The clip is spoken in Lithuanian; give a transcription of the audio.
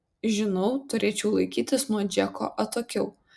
žinau turėčiau laikytis nuo džeko atokiau